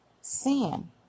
sin